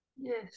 Yes